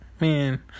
Man